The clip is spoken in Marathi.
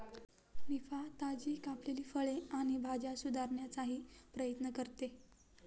निफा, ताजी कापलेली फळे आणि भाज्या सुधारण्याचाही प्रयत्न करते